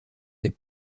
des